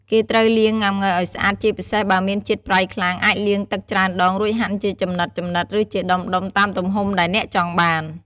គេត្រូវលាងងុាំង៉ូវឲ្យស្អាត ជាពិសេសបើមានជាតិប្រៃខ្លាំង អាចលាងទឹកច្រើនដង រួចហាន់ជាចំណិតៗ ឬជាដុំៗ តាមទំហំដែលអ្នកចង់បាន។